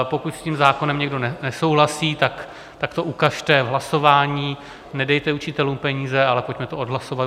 Pokud s tím zákonem někdo nesouhlasí, tak to ukažte v hlasování, nedejte učitelům peníze, ale pojďme to odhlasovat.